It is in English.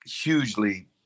hugely